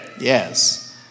Yes